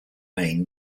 main